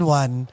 one